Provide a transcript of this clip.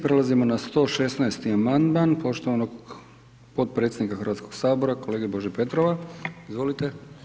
Prelazimo na 116. amandman, poštovanog podpredsjednika Hrvatskog sabora kolege Bože Petrova, izvolite.